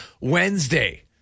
Wednesday